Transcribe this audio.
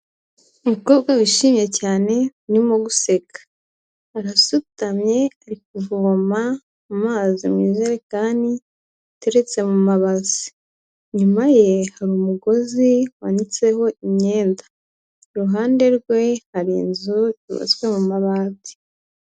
umukobwa wishimye cyane urimo guseka, arasutamye ari kuvoma mu mazi mu ijerekani iteretse mu mabasi. inyuma ye hari umugozi wanitseho imyenda, iruhande rwe hari inzu yubatswe mumabati.